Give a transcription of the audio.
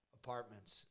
apartments